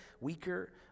weaker